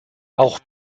auch